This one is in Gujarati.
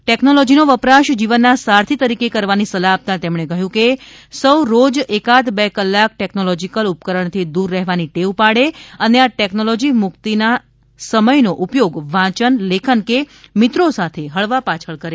ટેક્નોલોજી નો વપરાશ જીવન ના સારથિ તરીકે કરવાની સલાહ આપતા તેમણે કહ્યું હતું કે સૌ રોજ એકાદ બે કલાક ટેકનોલોજિકલ ઉપકરણ થી દૂર રહેવાની ટેવ પાડે અને આ ટેક્નોલોજી મુક્તિ ના સમય નો ઉપયોગ વાંચન લેખન કે મિત્રો સાથે હળવામળવા પાછળ કરે